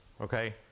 okay